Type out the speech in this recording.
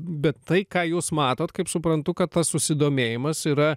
bet tai ką jūs matot kaip suprantu kad tas susidomėjimas yra